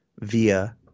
via